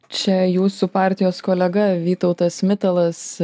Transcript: čia jūsų partijos kolega vytautas mitalas